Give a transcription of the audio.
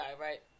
right